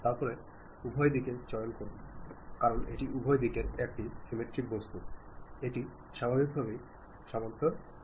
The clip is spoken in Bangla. তারপরে উভয় দিকেই চয়ন করুন কারণ এটি উভয় দিকের একটি সিমেট্রিক বস্তু এটি স্বাভাবিকভাবেই সমন্বয় করে